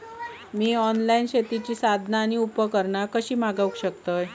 मी online शेतीची साधना आणि उपकरणा कशी मागव शकतय?